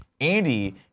Andy